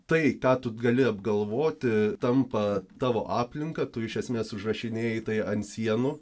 tai ką tu gali apgalvoti tampa tavo aplinka tu iš esmės užrašinėji tai ant sienų